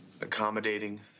accommodating